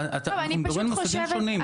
אנחנו מדברים על מושגים שונים,